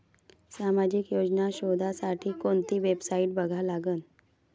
सामाजिक योजना शोधासाठी कोंती वेबसाईट बघा लागन?